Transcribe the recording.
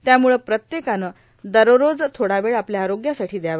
त्यामुळे प्रत्येकानं दररोज थोडा वेळ आपल्या आरोग्यासाठां दयावा